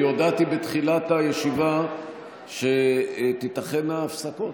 אני הודעתי בתחילת הישיבה שתיתכנה הפסקות.